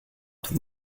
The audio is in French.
tout